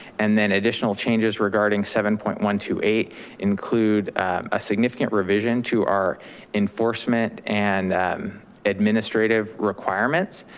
and then additional changes regarding seven point one two eight include a significant revision to our enforcement and administrative requirements.